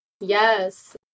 Yes